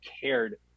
cared